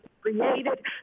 created